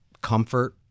comfort